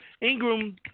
Ingram